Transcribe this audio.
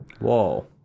Whoa